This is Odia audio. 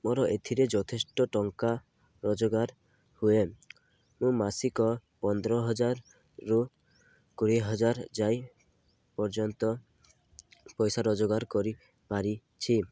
ମୋର ଏଥିରେ ଯଥେଷ୍ଟ ଟଙ୍କା ରୋଜଗାର ହୁଏ ମୁଁ ମାସିକ ପନ୍ଦର ହଜାରରୁ କୋଡ଼ିଏ ହଜାର ଯାଇ ପର୍ଯ୍ୟନ୍ତ ପଇସା ରୋଜଗାର କରିପାରିଛି